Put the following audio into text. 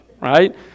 right